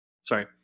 sorry